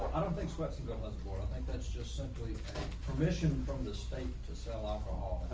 i don't think so that's and but like sort of and that's just simply a permission from the state to sell alcohol